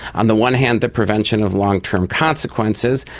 on the one hand the prevention of long-term consequences,